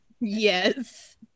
Yes